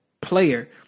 player